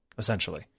essentially